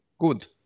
Good